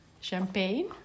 champagne